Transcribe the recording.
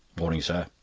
morning, sir,